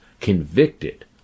convicted